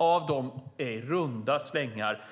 Av dem lever i runda slängar